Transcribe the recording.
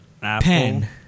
Pen